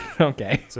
okay